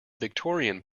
victorian